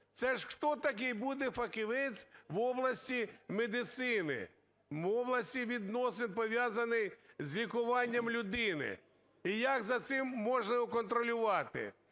Це ж хто такий буде - фахівець в області медицини, в області відносин, пов'язаний з лікуванням людини? І як за цим можна його контролювати?